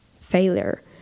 failure